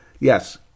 Yes